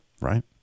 right